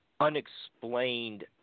unexplained